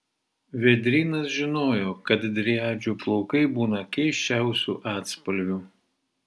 vėdrynas žinojo kad driadžių plaukai būna keisčiausių atspalvių